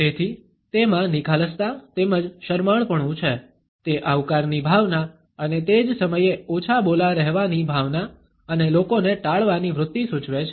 તેથી તેમાં નિખાલસતા તેમજ શરમાળપણું છે તે આવકારની ભાવના અને તે જ સમયે ઓછાબોલા રહેવાની ભાવના અને લોકોને ટાળવાની વૃત્તિ સૂચવે છે